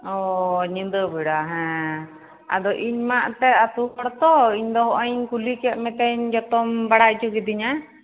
ᱚᱻ ᱧᱤᱫᱟᱹ ᱵᱮᱲᱟ ᱦᱮᱸ ᱟᱫᱚ ᱤᱧ ᱢᱟ ᱮᱱᱛᱮᱫ ᱟᱹᱛᱩ ᱦᱚᱲ ᱛᱚ ᱤᱧ ᱫᱚ ᱱᱚᱜᱼᱚᱭ ᱤᱧ ᱠᱩᱞᱤ ᱠᱮᱜ ᱢᱮᱛᱮᱧ ᱡᱚᱛᱚᱢ ᱵᱟᱲᱟᱭ ᱦᱚᱪᱚ ᱠᱮᱫᱤᱧᱟ